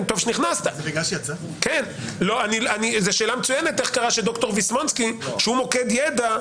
זה שאלה מצוינת איך קרה שד"ר ויסמונסקי שהוא מוקד ידע,